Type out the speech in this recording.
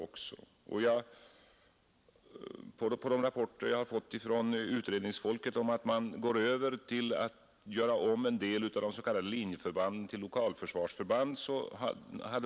Enligt de rapporter jag har fått från utredningsfolket hade man nått stor enighet också om att göra om en del av de s.k. linjeförbanden till lokalförsvarsförband.